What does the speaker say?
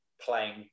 playing